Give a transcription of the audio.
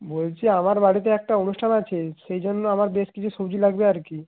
বলছি আমার বাড়িতে একটা অনুষ্ঠান আছে সেই জন্য আমার বেশ কিছু সবজি লাগবে আর কি